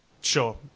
Sure